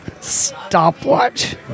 Stopwatch